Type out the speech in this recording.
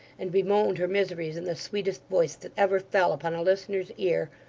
and bemoaned her miseries in the sweetest voice that ever fell upon a listener's ear,